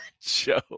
Joe